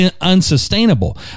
unsustainable